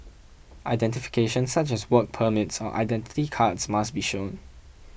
identification such as work permits or Identity Cards must be shown